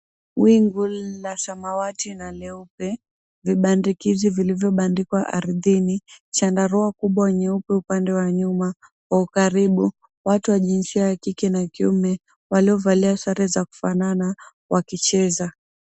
Wingu la samawati na leupe, vibandikizi vilivyobandikwa ardhini. Chandarua kubwa nyeupe upande wa nyuma. Kwa ukaribu watu wa jinsia ya kike na kiume waliovalia sare za kufanana wakicheza.